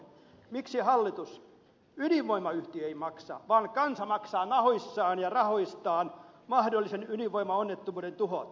miksi hallitus ydinvoimayhtiö ei maksa vaan kansa maksaa nahoissaan ja rahoistaan mahdollisen ydinvoimaonnettomuuden tuhot